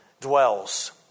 dwells